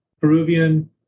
Peruvian